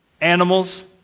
animals